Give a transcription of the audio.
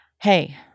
hey